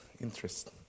interest